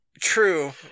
true